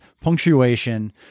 punctuation